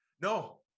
No